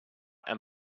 and